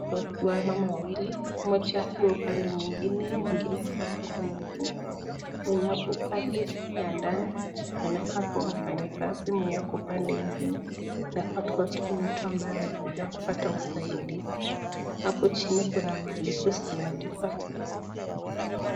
Wamama wawili, mmoja akiwa upande mwingine, mwingine akiwa upande mwingine. Mwenye upande ya ndani anakaa kua mfanyikazi, mwenye ako upande nyingine anakaa kua ni mtu ambaye amekuja kupata usaidizi. Hapo chini kuna maandiko zimeandikwa pia.